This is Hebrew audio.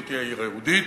זאת תהיה העיר היהודית,